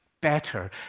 better